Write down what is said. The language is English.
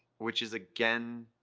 which is again,